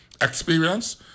Experience